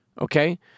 Okay